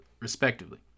respectively